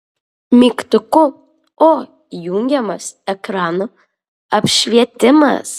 mygtuku o įjungiamas ekrano apšvietimas